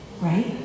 right